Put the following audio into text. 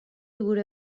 gure